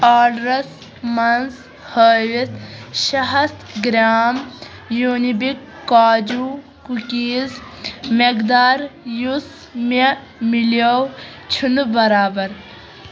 آرڈرَس منٛز ہٲوِتھ شےٚ ہَتھ گرٛام یوٗنِبِک کاجوٗ کُکیٖز مٮ۪قدار یُس مےٚ مِلیو چھُنہٕ برابر